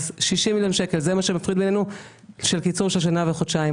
אז 60 מיליון שקל זה מה שמפריד בינינו ומה שיעשה קיצור של שנה וחודשיים.